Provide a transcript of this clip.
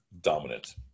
dominant